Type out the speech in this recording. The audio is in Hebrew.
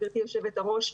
גבירתי יושבת הראש,